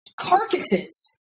carcasses